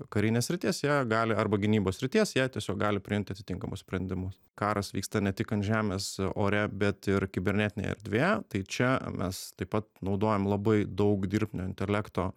karinės srities jie gali arba gynybos srities jie tiesiog gali priimti atitinkamus sprendimus karas vyksta ne tik ant žemės ore bet ir kibernetinėje erdvėje tai čia mes taip pat naudojam labai daug dirbtinio intelekto